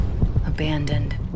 Abandoned